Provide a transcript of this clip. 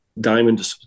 Diamond